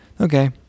Okay